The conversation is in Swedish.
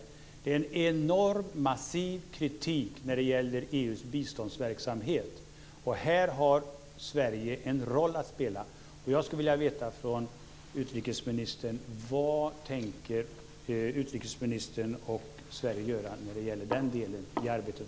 Det finns en enorm massiv kritik när det gäller EU:s biståndsverksamhet. Här har Sverige en roll att spela. Jag skulle vilja höra från utrikesministern vad Sverige tänker göra under de här sex månaderna när det gäller den delen av arbetet.